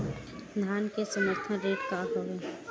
धान के समर्थन रेट का हवाय?